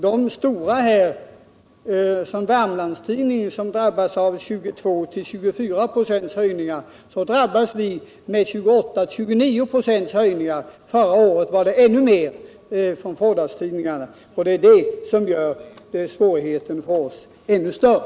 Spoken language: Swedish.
De stora, som Wermlands-Tidningen, drabbas av 22-24 96 höjningar, medan de mindre drabbas av 28-29 96 höjningar — förra året var det ännu mer. Det är det som gör svårigheten för oss ännu större.